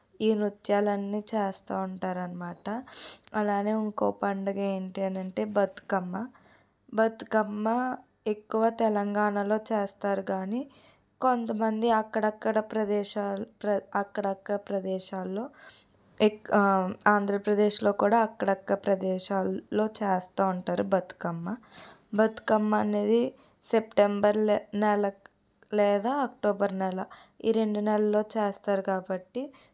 ఈ నృత్యాలు అన్ని చేస్తూ ఉంటారన్నమాట అలానే ఇంకో పండగ ఏంటి అని అంటే బతుకమ్మ బతుకమ్మ ఎక్కువ తెలంగాణలో చేస్తారు కానీ కొంత మంది అక్కడక్కడ ప్రదేశాలు ప్ర అక్కడక్కడ ప్రదేశాల్లో ఎక్ ఆంధ్రప్రదేశ్లో కూడా అక్కడక్కడ ప్రదేశాల్లో చేస్తూ ఉంటారు బతుకమ్మ బతుకమ్మ అనేది సెప్టెంబర్ నెల లేదా అక్టోబర్ నెల ఈ రెండు నెలల్లో చేస్తారు కాబట్టి